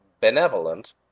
benevolent